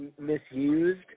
misused